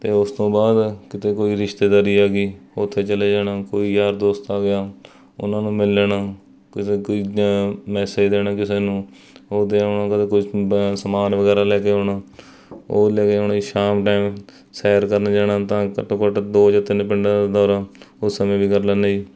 ਅਤੇ ਉਸ ਤੋਂ ਬਾਅਦ ਕਿਤੇ ਕੋਈ ਰਿਸ਼ਤੇਦਾਰੀ ਆ ਗਈ ਉੱਥੇ ਚਲੇ ਜਾਣਾ ਕੋਈ ਯਾਰ ਦੋਸਤ ਆ ਗਿਆ ਉਹਨਾਂ ਨੂੰ ਮਿਲ ਲੈਣਾ ਕਿਤੇ ਕੋਈ ਮੈਸੇਜ ਦੇਣਾ ਕਿਸੇ ਨੂੰ ਉਹ ਦੇ ਆਉਣਾ ਕਦੇ ਕੋਈ ਹੁੰਦਾ ਸਮਾਨ ਵਗੈਰਾ ਲੈ ਕੇ ਆਉਣਾ ਉਹ ਲੈ ਕੇ ਆਉਣਾ ਜੀ ਸ਼ਾਮ ਟਾਈਮ ਸੈਰ ਕਰਨ ਜਾਣਾ ਤਾਂ ਘੱਟੋ ਘੱਟ ਦੋ ਜਾਂ ਤਿੰਨ ਪਿੰਡਾਂ ਦਾ ਦੌਰਾ ਉਸ ਸਮੇਂ ਵੀ ਕਰ ਲੈਂਦਾ ਜੀ